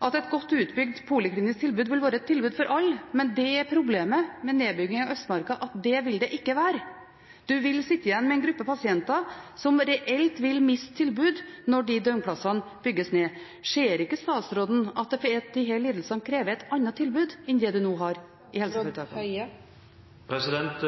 at et godt utbygd poliklinisk tilbud vil være et tilbud for alle, men det som er problemet med nedbyggingen av Østmarka, er at det vil det ikke være. Man vil sitte igjen med en gruppe pasienter som reelt vil miste tilbud når de døgnplassene bygges ned. Ser ikke statsråden at disse lidelsene krever et annet tilbud enn det de nå har i helseforetakene?